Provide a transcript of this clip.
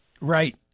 Right